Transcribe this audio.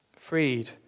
Freed